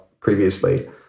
previously